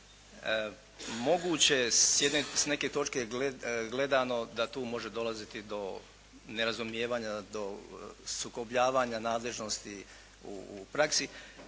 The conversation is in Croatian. moguće s neke točke gledano, da tu može dolaziti do nerazumijevanja, do sukobljavanja nadležnosti u praksi.